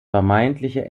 vermeintliche